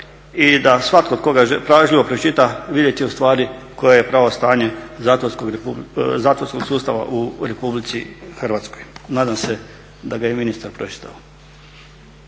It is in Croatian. i da svatko tko ga pažljivo pročita vidjeti će ustvari koje je pravo stanje zatvorskog sustava u Republici Hrvatskoj. Nadam se da ga je i ministar pročitao.